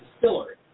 Distillery